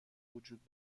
وجود